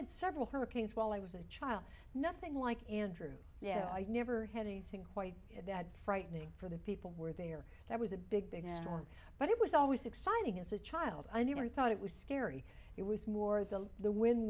had several hurricanes while i was a child nothing like andrew yeah i never had anything quite that frightening for the people were there that was a big big storm but it was always exciting as a child and even thought it was scary it was more the